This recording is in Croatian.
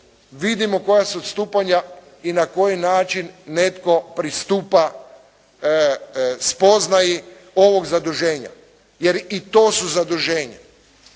vidimo koja su odstupanja i na koji način netko pristupa spoznaji ovog zaduženja, jer i to su zaduženja.